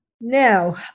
Now